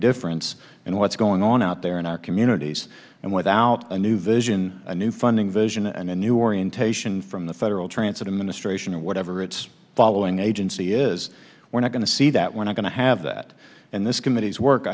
difference in what's going on out there in our communities and without a new vision a new funding vision and a new orientation from the federal transfer to ministration or whatever it's following agency is we're not going to see that we're not going to have that and this committee's work